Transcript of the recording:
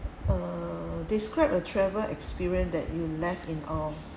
uh describe a travel experience that you left in awe